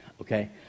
okay